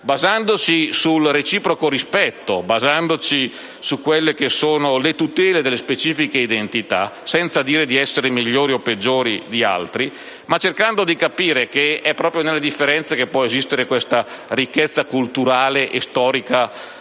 basandosi sul reciproco rispetto, sulla tutela delle specifiche identità, senza dire di essere migliori o peggiori di altri, ma cercando di capire che è proprio nella differenza che può esistere questa ricchezza culturale e storica